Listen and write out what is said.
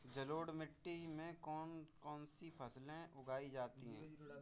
जलोढ़ मिट्टी में कौन कौन सी फसलें उगाई जाती हैं?